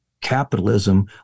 capitalism